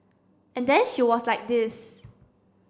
and then she was like this